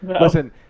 Listen